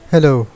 Hello